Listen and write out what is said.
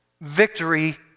victory